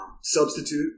substitute